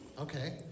Okay